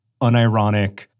unironic